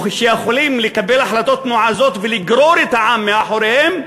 שיכולים לקבל החלטות נועזות ולגרור את העם אחריהם.